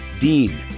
dean